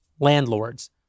landlords